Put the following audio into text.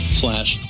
slash